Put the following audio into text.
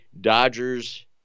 Dodgers